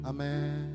Amen